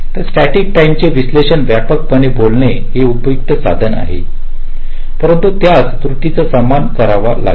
तर स्टॅटिक टाईमचे विश्लेषण व्यापक पणे बोलणे हे एक उपयुक्त साधन आहे परंतु त्यास काही त्रुटींचा सामना करावा लागतो